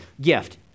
gift